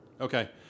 Okay